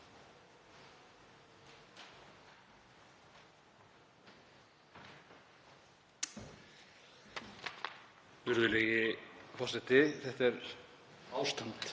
Þetta er ástand.